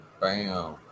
Bam